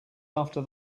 after